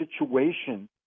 situation